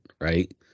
right